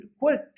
quick